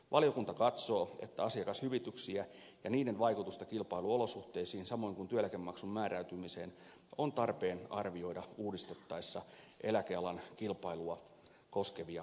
valiokunta katsoo että asiakashyvityksiä ja niiden vaikutusta kilpailuolosuhteisiin samoin kuin työeläkemaksun määräytymiseen on tarpeen arvioida uudistettaessa eläkealan kilpailua koskevia säännöksiä